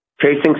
chasing